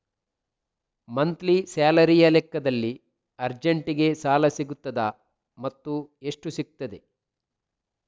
Monthly ಸ್ಯಾಲರಿಯ ಲೆಕ್ಕದಲ್ಲಿ ಅರ್ಜೆಂಟಿಗೆ ಸಾಲ ಸಿಗುತ್ತದಾ ಮತ್ತುಎಷ್ಟು ಸಿಗುತ್ತದೆ?